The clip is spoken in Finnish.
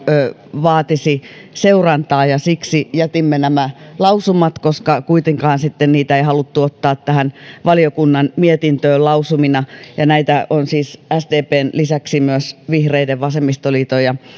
vaatisivat seurantaa ja siksi jätimme nämä lausumat koska kuitenkaan sitten niitä ei haluttu ottaa tähän valiokunnan mietintöön lausumina näissä on siis sdpn lisäksi myös vihreiden vasemmistoliiton ja